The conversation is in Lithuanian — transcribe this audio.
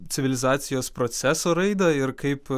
civilizacijos proceso raidą ir kaip